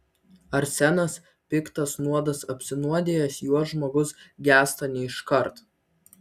arsenas piktas nuodas apsinuodijęs juo žmogus gęsta ne iškart